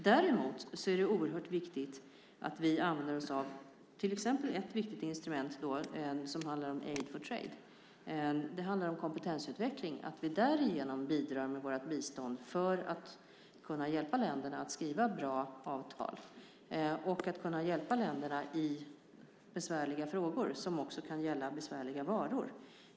Däremot är det oerhört viktigt att vi använder oss av ett viktigt instrument som handlar om aid for trade . Det handlar om kompetensutveckling, och därigenom kan vi bidra med vårt bistånd för att hjälpa länderna att skriva bra avtal och hjälpa länderna i besvärliga frågor som också kan gälla besvärliga varor.